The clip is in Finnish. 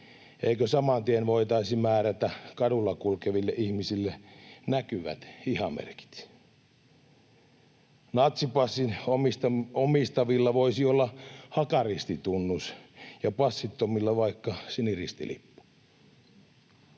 eikö saman tien voitaisi määrätä kadulla kulkeville ihmisille näkyvät hihamerkit? Natsipassin omistavilla voisi olla hakaristitunnus ja passittomilla vaikka siniristilippu.